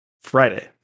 Friday